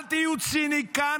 אל תהיו ציניקנים.